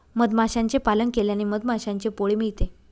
मधमाशांचे पालन केल्याने मधमाशांचे पोळे मिळते